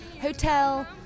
Hotel